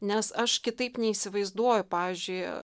nes aš kitaip neįsivaizduoju pavyzdžiui